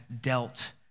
dealt